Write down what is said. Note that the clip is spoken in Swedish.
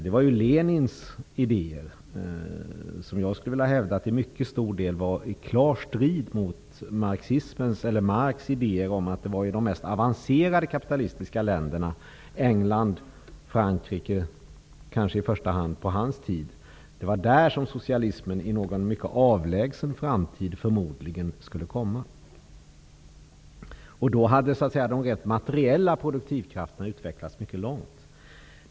Det var Lenins idéer, och jag hävdar att de till stor del var i klar strid mot Marx idéer. Det var i de mest avancerade kapitalistiska länderna -- dåvarande England och Frankrike -- som socialismen i en avlägsen framtid förmodligen skulle komma. Då skulle de materiella produktivkrafterna ha utvecklats mycket långt.